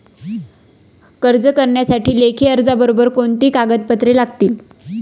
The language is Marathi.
कर्ज करण्यासाठी लेखी अर्जाबरोबर कोणती कागदपत्रे लागतील?